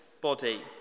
body